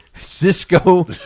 Cisco